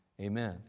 Amen